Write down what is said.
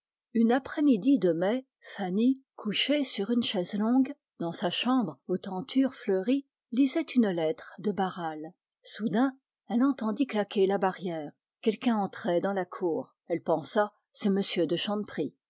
un après-midi de mai fanny couchée sur une chaise longue dans sa chambre aux tentures fleuries lisait une lettre de barral quand elle entendit claquer la barrière quelqu'un entrait dans la cour elle pensa c'est m de